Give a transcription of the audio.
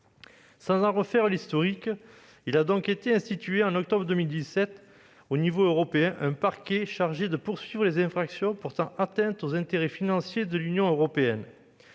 Sans en refaire l'historique, je rappellerai qu'il a été institué, en octobre 2017, au niveau européen, un parquet chargé de poursuivre les infractions portant atteinte aux intérêts financiers de l'Union européenne.